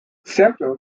several